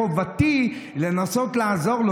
חובתי לנסות לעזור לו.